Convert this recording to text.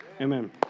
Amen